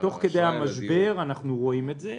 -- תוך כדי המשבר אנחנו רואים את זה.